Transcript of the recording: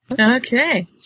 Okay